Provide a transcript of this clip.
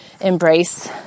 embrace